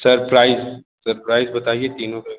sir price sir price बताइए तीनों का